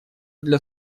для